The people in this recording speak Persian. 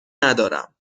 ندارم